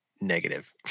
negative